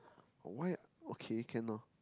why okay can lor